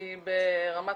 כי ברמת